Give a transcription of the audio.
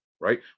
right